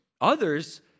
Others